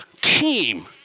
team